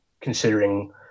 considering